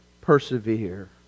persevere